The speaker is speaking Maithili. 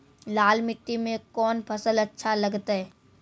लाल मिट्टी मे कोंन फसल अच्छा लगते?